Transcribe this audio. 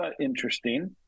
interesting